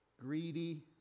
greedy